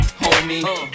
homie